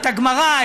את הגמרא,